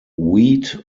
wheat